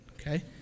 okay